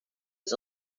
was